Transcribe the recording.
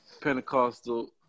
Pentecostal